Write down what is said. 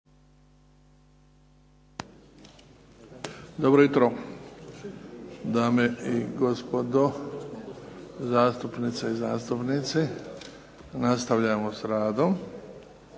Dobro jutro dame i gospodo zastupnice i zastupnici, nastavljamo s radom